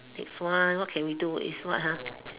next one what can we do is what